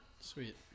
sweet